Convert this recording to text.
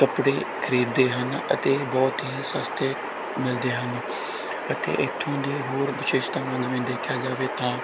ਕੱਪੜੇ ਖਰੀਦਦੇ ਹਨ ਅਤੇ ਬਹੁਤ ਹੀ ਸਸਤੇ ਮਿਲਦੇ ਹਨ ਅਤੇ ਇੱਥੋਂ ਦੇ ਹੋਰ ਵਿਸ਼ੇਸ਼ਤਾਵਾਂ ਜਿਵੇਂ ਦੇਖਿਆ ਜਾਵੇ ਤਾਂ